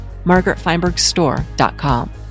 margaretfeinbergstore.com